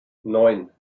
neun